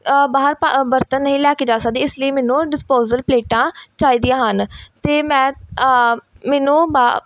ਬਾਹਰ ਭ ਬਰਤਨ ਨਹੀਂ ਲੈ ਕੇ ਜਾ ਸਕਦੀ ਇਸ ਲਈ ਮੈਨੂੰ ਡਿਸਪੋਜਲ ਪਲੇਟਾਂ ਚਾਹੀਦੀਆਂ ਹਨ ਅਤੇ ਮੈਂ ਮੈਨੂੰ ਬ